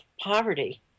poverty